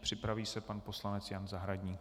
Připraví se pan poslanec Jan Zahradník.